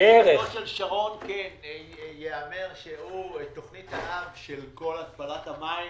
לזכותו של אריאל שרון יאמר שהוא הביא את תוכנית האב של כל התפלת המים